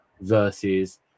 versus